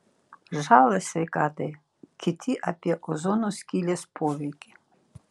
žalą sveikatai kiti apie ozono skylės poveikį